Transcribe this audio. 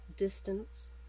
Distance